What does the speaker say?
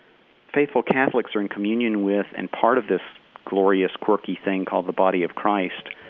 faithful catholics are in communion with and part of this glorious, quirky thing called the body of christ.